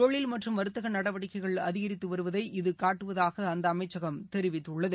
தொழில் மற்றும் வர்த்தகநடவடிக்கைகள் அதிகரித்துவருவதை இது காட்டுவதாகஅந்தஅமைச்சகம் தெரிவித்துள்ளது